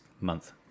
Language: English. month